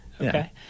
Okay